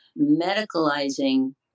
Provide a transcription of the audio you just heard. medicalizing